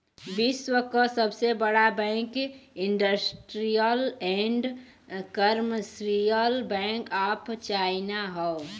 विश्व क सबसे बड़ा bank Industrial and Commercial Bank of China हौ